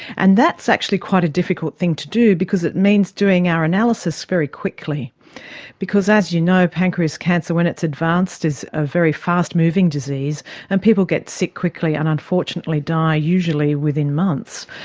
and that's actually quite a difficult thing to do because it means doing our analysis very quickly because, as you know, pancreas cancer, when it's advanced, is a very fast moving disease and people get sick quickly and unfortunately die usually within months.